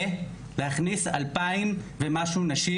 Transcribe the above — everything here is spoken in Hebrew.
עולה להכניס 2000 ומשהו נשים,